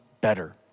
better